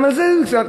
גם על זה ביקשנו.